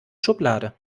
schublade